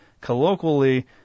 colloquially